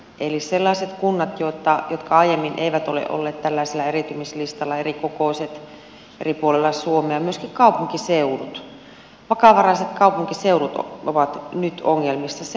eli sellaiset kunnat jotka aiemmin eivät ole olleet tällaisella eriytymislistalla erikokoiset eri puolilla suomea myöskin kaupunkiseudut vakavaraiset kaupunkiseudut ovat nyt ongelmissa